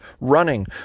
running